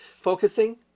Focusing